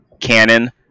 canon